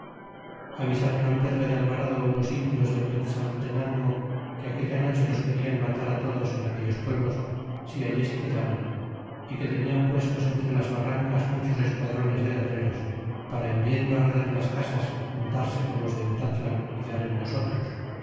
avisaron al pedro de alvarado unos indios de quetztlaltenango que aquella noche los querian matar i todos en aquellos pueblos si allí se quedaban é que tenian puestos entre las barrancas muchos esquadrones de guerreros para en viendo arder las casas juntarse con los de utatlan y dar en nosotros